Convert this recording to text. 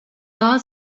daha